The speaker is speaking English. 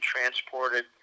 transported